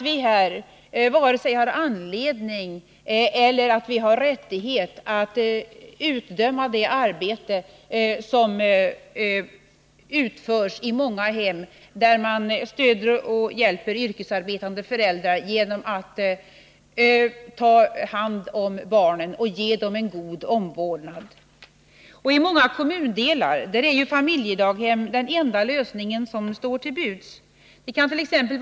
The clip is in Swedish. Vi har varken anledning eller rättighet att här utdöma det arbete som utförs i många hem, där yrkesarbetande föräldrar stöds och hjälps genom att barnen tas om hand och ges en god omvårdnad. I många kommundelar är också familjedaghem den enda lösning som står till buds. Det kant.ex.